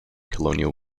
colonial